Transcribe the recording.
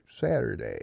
Saturday